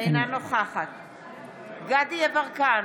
אינה נוכחת דסטה גדי יברקן,